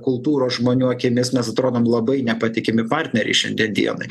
kultūros žmonių akimis mes atrodom labai nepatikimi partneriai šiandien dienai